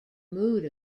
mood